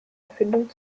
erfindung